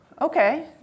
okay